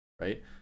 right